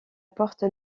porte